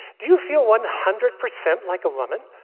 do you feel one hundred percent like a woman?